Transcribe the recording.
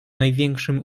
największym